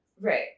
Right